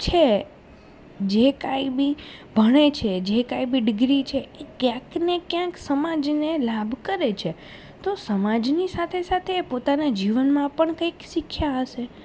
છે જે કાંઈ બી ભણે છે જે કાંઇ બી ડિગ્રી છે એ ક્યાંકને ક્યાંક સમાજને લાભ કરે છે તો સમાજની સાથે સાથે એ પોતાના જીવનમાં પણ કંઇક શીખ્યા હશે